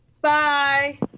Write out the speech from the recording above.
bye